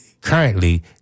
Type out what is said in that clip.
currently